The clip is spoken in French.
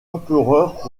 empereurs